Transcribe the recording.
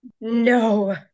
No